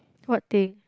what thing